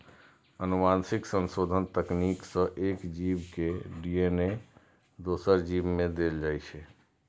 आनुवंशिक संशोधन तकनीक सं एक जीव के डी.एन.ए दोसर जीव मे देल जाइ छै